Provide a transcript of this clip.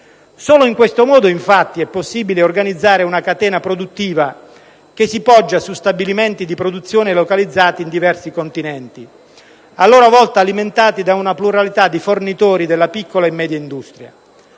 Solo in questo modo, infatti, è possibile organizzare una catena produttiva che si poggia su stabilimenti di produzione localizzati in diversi continenti, a loro volta alimentati da una pluralità di fornitori della piccola e media industria.